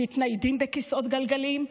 מתניידים בכיסאות גלגלים,